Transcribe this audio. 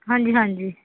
ਹਾਂਜੀ ਹਾਂਜੀ